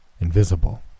Invisible